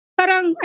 Parang